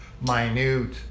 minute